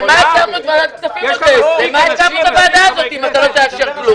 יש מישהו שאשם בשנתיים האלה, וזה לא אני.